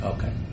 Okay